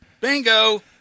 bingo